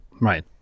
Right